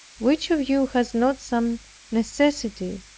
which of you has not some necessity,